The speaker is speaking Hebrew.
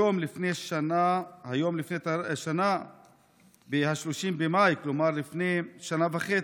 היום לפני שנה, כלומר, ב-30 במאי, לפני שנה וחצי,